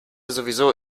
sowieso